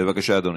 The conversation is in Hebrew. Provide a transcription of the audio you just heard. בבקשה, אדוני.